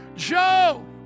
Joe